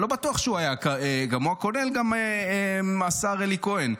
אני לא בטוח שהוא היה, כולל גם השר אלי כהן.